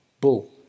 Bull